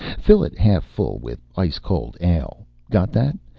fill it half full with ice-cold ale. got that?